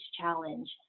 challenge